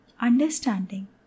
understanding